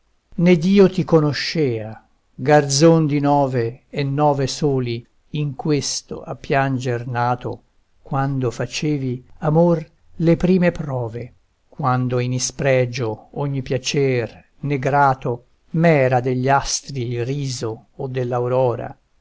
ned io ti conoscea garzon di nove e nove soli in questo a pianger nato quando facevi amor le prime prove quando in ispregio ogni piacer né grato m'era degli astri il riso o